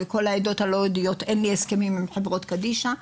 לכל העדות הלא יהודיות אין לי הסכמים עם החברה קדישא.